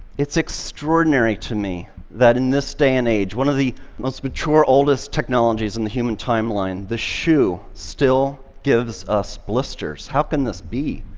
it's extraordinary to me that in this day and age, one of the most mature, oldest technologies in the human timeline, the shoe, still gives us blisters. how can this be?